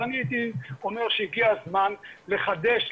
אני הייתי אומר שהגיע הזמן לחדש,